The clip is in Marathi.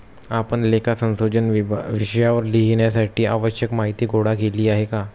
आपण लेखा संशोधन विषयावर लिहिण्यासाठी आवश्यक माहीती गोळा केली आहे का?